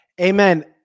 Amen